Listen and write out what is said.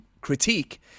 critique